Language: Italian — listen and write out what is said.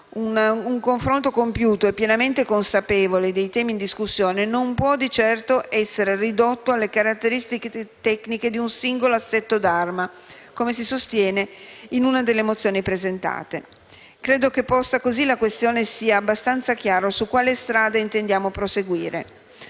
un confronto compiuto e pienamente consapevole dei temi in discussione non può di certo essere ridotto alle caratteristiche tecniche di un singolo assetto d'arma, come si sostiene in una delle mozioni presentate. Credo che, posta così la questione, sia abbastanza chiaro su quale strada intendiamo proseguire.